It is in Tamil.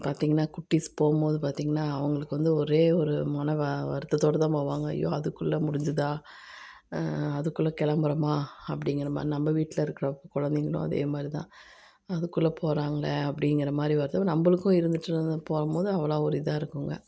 பார்த்திங்கனா குட்டிஸ் போகும்போது பார்த்திங்கனா அவங்களுக்கு வந்து ஒரே ஒரு மன வ வருத்தத்தோடு தான் போவாங்க ஐயோ அதுக்குள்ளே முடிஞ்சுதா அதுக்குள்ளே கிளம்புறமா அப்படிங்குறமாரி நம்ப வீட்டில் இருக்கிற குழந்தைங்களும் அதே மாதிரிதான் அதுக்குள்ளே போகிறாங்களே அப்படிங்குற மா திரி வந்து நம்பளுக்கும் இருந்துவிட்டு வந்து போகும்போது அவ்வளோ ஒரு இதாக இருக்குங்க